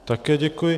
Také děkuji.